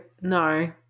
No